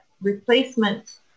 replacement